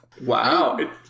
Wow